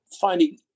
finding